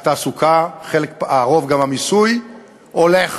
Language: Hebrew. התעסוקה, חלק, הרוב, גם המיסוי הולך